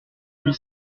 huit